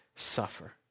suffer